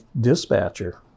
dispatcher